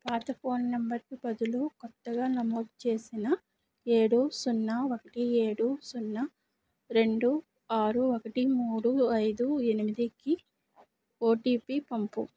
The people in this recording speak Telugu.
పాత ఫోన్ నంబర్కి బదులు క్రొత్తగా నమోదు చేసిన ఏడు సున్నా ఒకటి ఏడు సున్నా రెండు ఆరు ఒకటి మూడు ఐదు ఎనిమిదికి ఓటిపి పంపుము